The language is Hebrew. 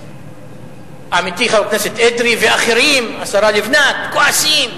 עמיתי חבר הכנסת אדרי ואחרים, השרה לבנת, כועסים.